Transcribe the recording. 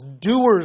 doers